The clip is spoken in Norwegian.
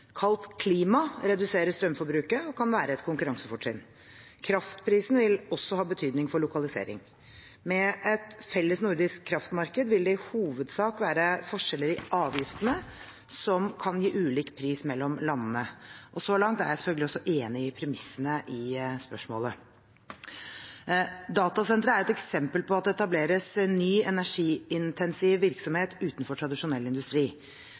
Kaldt klima reduserer strømforbruket og kan være et konkurransefortrinn. Kraftprisen vil også ha betydning for lokalisering. Med et felles nordisk kraftmarked vil det i hovedsak være forskjeller i avgiftene som kan gi ulik pris mellom landene. Så langt er jeg selvfølgelig enig i premissene i spørsmålet. Datasenteret er et eksempel på at det etableres ny energiintensiv virksomhet utenfor tradisjonell industri.